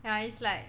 ya it's like